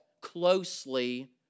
closely